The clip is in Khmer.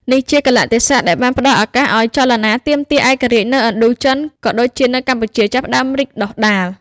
នេះជាកាលៈទេសៈដែលបានផ្តល់ឱកាសឱ្យចលនាទាមទារឯករាជ្យនៅឥណ្ឌូចិន ក៏ដូចជានៅកម្ពុជា ចាប់ផ្តើមរីកដុះដាល។